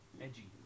Edgy